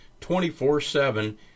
24-7